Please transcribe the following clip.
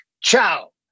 ciao